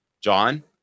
John